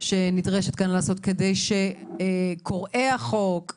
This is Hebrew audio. שנדרש לעשות כאן כדי שקוראי החוק,